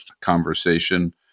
conversation